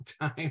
time